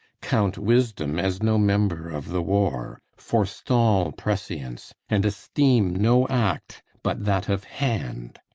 count wisdom as no member of the war, forestall prescience, and esteem no act but that of hand.